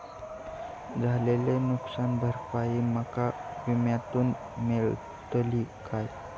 झालेली नुकसान भरपाई माका विम्यातून मेळतली काय?